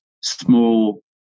small